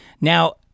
Now